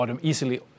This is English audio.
easily